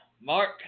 Mark